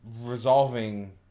resolving